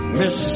miss